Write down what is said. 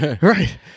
Right